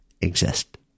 exist